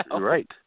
Right